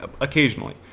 Occasionally